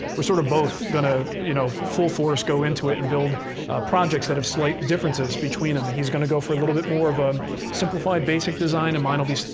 we're sort of both going to you know full-force go into it and build projects that have slight differences between them. he's going to go for a little bit more of a simplified basic design and mine will be,